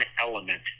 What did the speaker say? element